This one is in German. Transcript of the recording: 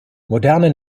moderne